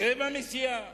רבע מסיעה.